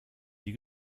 nie